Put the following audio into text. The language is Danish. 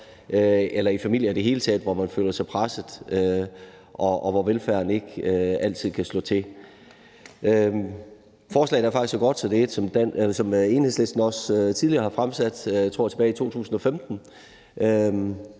eller i det hele taget i familier, hvor man føler sig presset, og hvor velfærden ikke altid kan slå til. Forslaget er faktisk så godt, at det er et, som Enhedslisten også tidligere har fremsat – jeg tror, det var tilbage i 2015